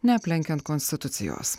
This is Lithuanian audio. neaplenkiant konstitucijos